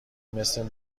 مثل